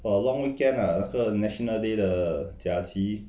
for long weekend ah 那个 national day 的假期